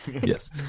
Yes